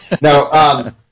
No